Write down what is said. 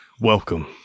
Welcome